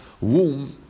womb